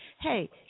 Hey